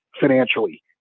financially